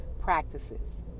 practices